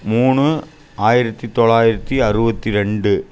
மூணு ஆயிரத்து தொள்ளாயிரத்தி அறுபத்தி ரெண்டு